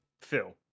Phil